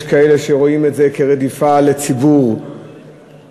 יש כאלה שרואים את זה כרדיפה של ציבור מסוים,